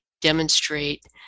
demonstrate